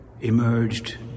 emerged